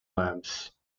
lamps